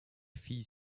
filles